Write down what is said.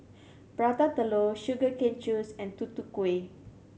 Prata Telur sugar cane juice and Tutu Kueh